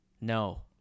No